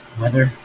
weather